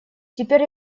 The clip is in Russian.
теперь